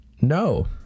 No